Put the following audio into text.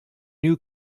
new